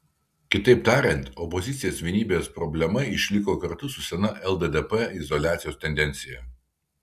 kitaip tariant opozicijos vienybės problema išliko kartu su sena lddp izoliacijos tendencija